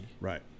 right